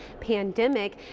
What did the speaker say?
pandemic